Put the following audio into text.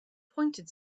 pointed